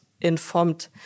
informed